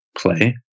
play